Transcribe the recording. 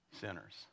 sinners